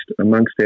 amongst